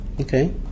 Okay